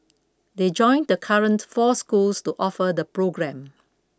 they join the current four schools to offer the programme